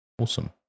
Awesome